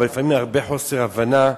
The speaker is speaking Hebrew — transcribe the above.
אבל לפעמים הרבה חוסר הבנה.